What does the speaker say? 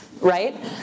right